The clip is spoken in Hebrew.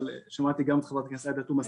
אבל שמעתי גם את חברת הכנסת עאידה תומא סלימאן,